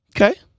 Okay